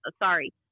Sorry